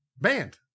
Banned